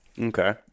Okay